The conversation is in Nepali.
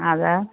हजुर